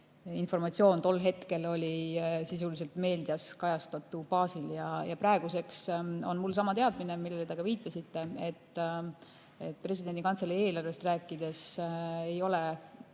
informatsioon oli tol hetkel meedias kajastatu baasil. Praeguseks on mul sama teadmine, millele te ka viitasite, et presidendi kantselei eelarvest rääkides ei ole